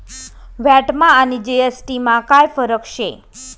व्हॅटमा आणि जी.एस.टी मा काय फरक शे?